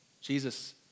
Jesus